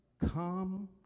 come